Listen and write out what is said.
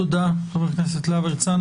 תודה, חבר הכנסת להב הרצנו.